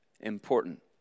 important